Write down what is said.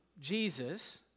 Jesus